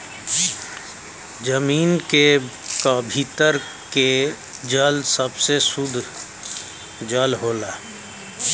जमीन क भीतर के जल सबसे सुद्ध जल होला